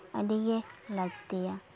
ᱟᱹᱰᱤᱜᱮ ᱞᱟᱹᱠᱛᱤᱭᱟ